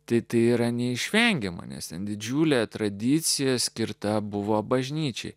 tirti yra neišvengiama nes ten didžiulė tradicija skirta buvo bažnyčiai